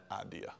idea